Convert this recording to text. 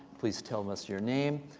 please tell us your name.